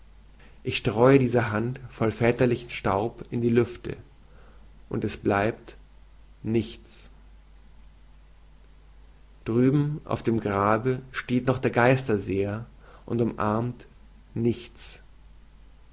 ich streue diese handvoll väterlichen staub in die lüfte und es bleibt nichts drüben auf dem grabe steht noch der geisterseher und umarmt nichts